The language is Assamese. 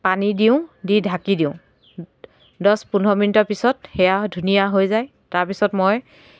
পানী দিওঁ দি ঢাকি দিওঁ দহ পোন্ধৰ মিনিটৰ পিছত সেয়া ধুনীয়া হৈ যায় তাৰপিছত মই